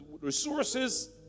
resources